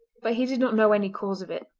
but he did not know any cause of it.